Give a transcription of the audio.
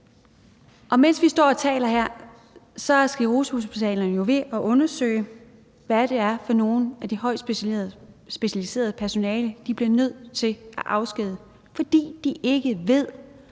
mens vi står her og taler, er sklerosehospitalerne ved at undersøge, hvad det er for nogle af det højt specialiserede personale, de bliver nødt til at afskedige, fordi de ikke ved,